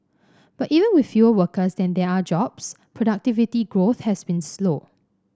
but even with fewer workers than there are jobs productivity growth has been slow